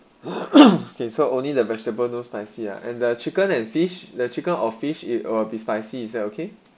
okay so only the vegetable no spicy ah and the chicken and fish the chicken or fish it will be spicy is that okay